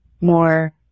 more